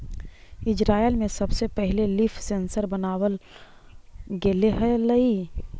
Israel में सबसे पहिले लीफ सेंसर बनाबल गेले हलई